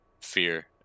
fear